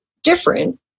different